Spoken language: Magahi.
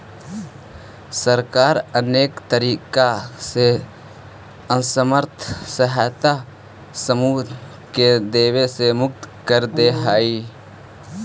सरकार अनेक तरीका से असमर्थ असहाय समूह के देवे से मुक्त कर देऽ हई